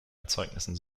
erzeugnissen